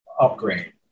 upgrade